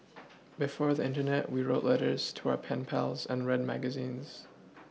before the Internet we wrote letters to our pen pals and read magazines